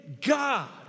God